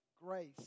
grace